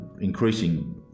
increasing